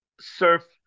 surf